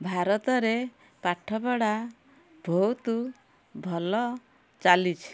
ଭାରତରେ ପାଠପଢ଼ା ଭଉତୁ ଭଲ ଚାଲିଛି